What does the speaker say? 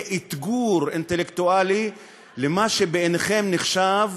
אתגור אינטלקטואלי של מה שבעיניכם נחשב